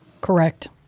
correct